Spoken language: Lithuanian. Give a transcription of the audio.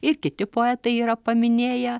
ir kiti poetai yra paminėję